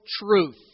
truth